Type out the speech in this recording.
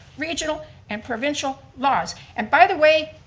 regional and provincial laws and by the way,